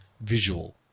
visual